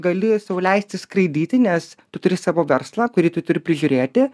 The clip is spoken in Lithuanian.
gali sau leisti skraidyti nes tu turi savo verslą kurį tu turi prižiūrėti